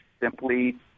simply